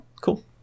cool